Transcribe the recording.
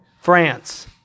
France